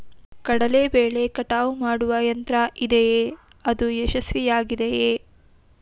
ಕಡಲೆ ಬೆಳೆಯ ಕಟಾವು ಮಾಡುವ ಯಂತ್ರ ಇದೆಯೇ? ಅದು ಯಶಸ್ವಿಯಾಗಿದೆಯೇ?